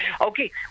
Okay